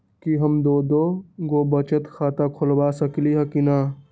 कि हम दो दो गो बचत खाता खोलबा सकली ह की न?